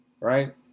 right